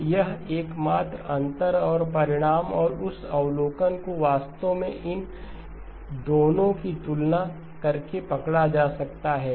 तो यह एकमात्र अंतर और परिणाम और उस अवलोकन को वास्तव में इन दोनों की तुलना करके पकड़ा जा सकता है